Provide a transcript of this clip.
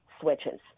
switches